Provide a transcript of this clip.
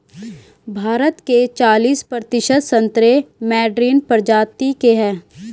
भारत के चालिस प्रतिशत संतरे मैडरीन प्रजाति के हैं